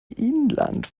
inland